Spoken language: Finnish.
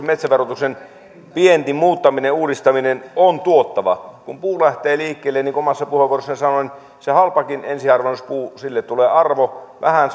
metsäverotuksen vähäinen muuttaminen ja uudistaminen on tuottava kun puu lähtee liikkeelle niin kuin omassa puheenvuorossani sanoin sille halvallekin ensiharvennuspuulle tulee arvo vähän